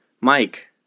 Mike